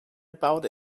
about